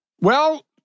Well-